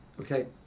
Okay